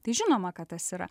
tai žinoma kad tas yra